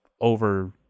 over